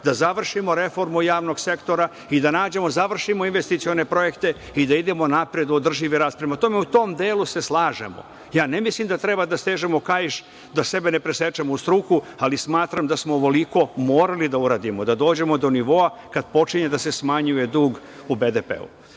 da završimo reformu javnog sektora, da završimo investicione projekte i da idemo napred u održivi rast. Prema tome, u tom delu se slažemo. Ja ne mislim da treba da stežemo kaiš da sebe ne presečemo u struku, ali smatram da smo ovoliko morali da uradimo, da dođemo do nivoa kad počinje da se smanjuje dug u BDP-u. Što